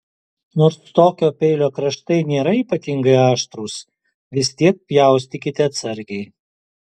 nors tokio peilio kraštai nėra ypatingai aštrūs vis tiek pjaustykite atsargiai